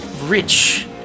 rich